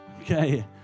okay